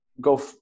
go